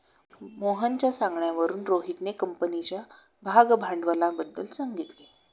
मोहनच्या सांगण्यावरून रोहितने कंपनीच्या भागभांडवलाबद्दल सांगितले